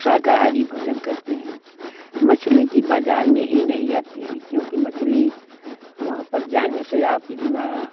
शाकाहारी भोजन करते हैं मछली के बाज़ार में ही नहीं जाते हैं क्योंकि मछली वहाँ पर जाने से आप इतना